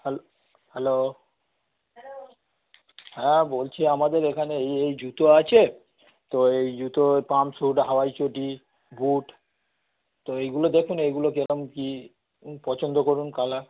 hello hello হ্যাঁ বলছি আমাদের এখানে এই এই জুতো আছে তো এই জুতো পাম্প শ্যু হাওয়াই চটি বুট তো এইগুলো দেখুন এইগুলো কিরম কি পছন্দ করুন কালার